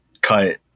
cut